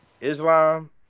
Islam